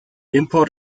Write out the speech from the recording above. import